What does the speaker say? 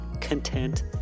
content